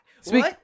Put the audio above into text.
speak